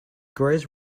grows